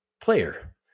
player